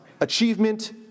Achievement